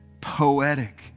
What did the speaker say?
poetic